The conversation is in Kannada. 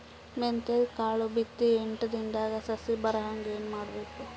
ಮೆಂತ್ಯದ ಕಾಳು ಬಿತ್ತಿ ಎಂಟು ದಿನದಾಗ ಸಸಿ ಬರಹಂಗ ಏನ ಮಾಡಬೇಕು?